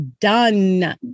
done